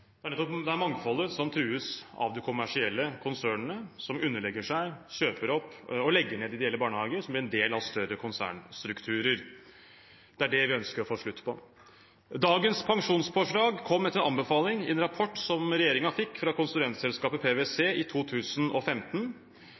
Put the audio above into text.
Det er mangfoldet som trues av de kommersielle konsernene som underlegger seg, kjøper opp og legger ned ideelle barnehager, som blir en del av større konsernstrukturer. Det er det vi ønsker å få slutt på. Dagens pensjonspåslag kom etter en anbefaling i en rapport som regjeringen fikk fra konsulentselskapet PwC i 2015.